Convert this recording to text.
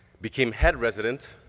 became head resident,